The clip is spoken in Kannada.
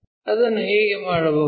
ಅದನ್ನು ಹೇಗೆ ಮಾಡುವುದು